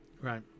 Right